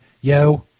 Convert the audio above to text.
Yo